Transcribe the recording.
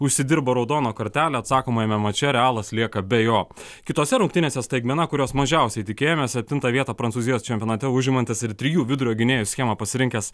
užsidirbo raudoną kortelę atsakomajame mače realas lieka be jo kitose rungtynėse staigmena kurios mažiausiai tikėjomės septintą vietą prancūzijos čempionate užimantis ir trijų vidurio gynėjų schemą pasirinkęs